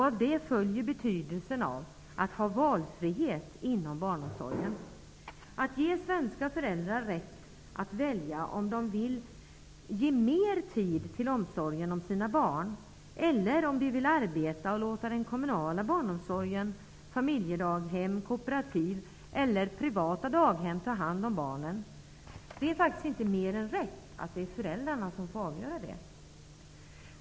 Av det följer betydelsen av valfrihet inom barnomsorgen: att ge svenska föräldrar rätt att välja om de vill ge mer tid till omsorgen om sina barn eller om de vill arbeta och låta den kommunala barnomsorgen, familjedaghem, familjekooperativ eller privata daghem ta hand om barnen. Det är faktiskt inte mer än rätt att föräldrarna får avgöra det.